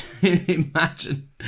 imagine